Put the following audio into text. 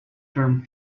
term